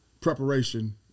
preparation